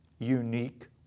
unique